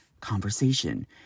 conversation